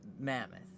Mammoth